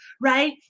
right